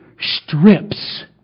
strips